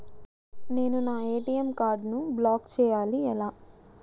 నేను నా ఏ.టీ.ఎం కార్డ్ను బ్లాక్ చేయాలి ఎలా?